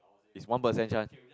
is one percent chance